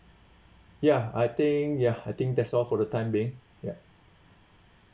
ya I think ya I think that's all for the time being ya